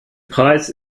preis